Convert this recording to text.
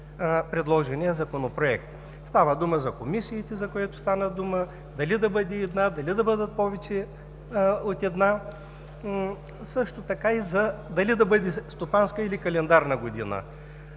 предложения Законопроект. Става дума за комисиите, за което стана дума, дали да бъде една, дали да бъдат повече от една, също така дали да бъде стопанска или календарна година.